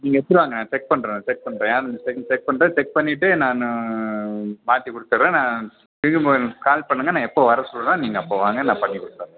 நீங்கள் எடுத்துகிட்டு வாங்க செக் பண்ணுறன் செக் பண்ணுறன் செக் பண்ணிவிட்டு செக் பண்ணிவிட்டு நான் மாற்றி கொடுத்துட்றேன் கால் பண்ணுங்கள் நான் எப்போ வர சொல்கிறேன் நீங்கள் அப்போ வாங்க நான் பண்ணி கொடுத்துட்றேன்